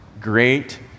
great